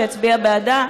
שהצביע בעדה,